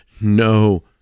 no